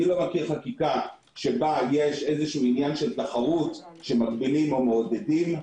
לא מכיר חקיקה שבה יש עניין של תחרות שמגבילים המעודדים,